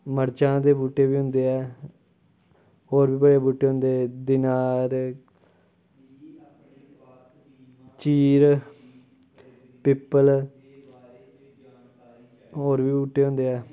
मरचां दे बूह्टे बी होंदे ऐ होर बी बड़े बूह्टे होंदे दनैर चीड़ पिपल होर बी बूह्टे होंदे ऐ